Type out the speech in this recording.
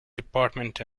department